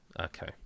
Okay